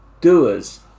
doers